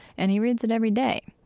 and he reads it every day.